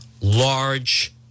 large